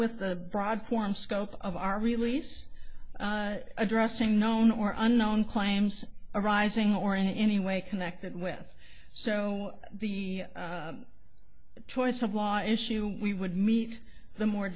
with the broad form scope of our release addressing known or unknown claims arising or in any way connected with so the choice of law issue we would meet the more